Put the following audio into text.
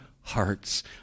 hearts